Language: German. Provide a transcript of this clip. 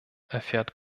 erfährt